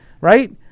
Right